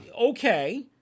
okay